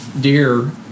deer